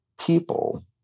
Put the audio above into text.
people